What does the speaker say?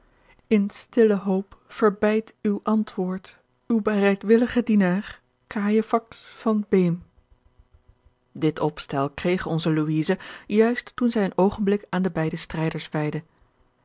in stille hoop verbeidt uw antwoord uw bereidwillige dienaar cajefax van beem dit opstel kreeg onze louise juist toen zij een oogenblik aan de beide strijders wijdde